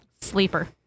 sleeper